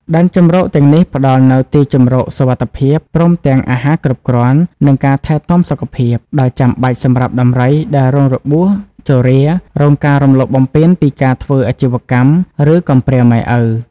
ដែនជម្រកទាំងនេះផ្តល់នូវ ទីជម្រកសុវត្ថិភាព ព្រមទាំង អាហារគ្រប់គ្រាន់ និង ការថែទាំសុខភាព ដ៏ចាំបាច់សម្រាប់ដំរីដែលរងរបួស ជរា រងការរំលោភបំពានពីការធ្វើអាជីវកម្ម ឬកំព្រាម៉ែឪ។